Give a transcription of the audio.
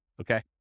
Okay